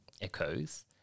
echoes